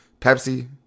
Pepsi